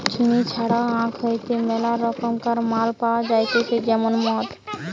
চিনি ছাড়াও আখ হইতে মেলা রকমকার মাল পাওয়া যাইতেছে যেমন মদ